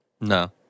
No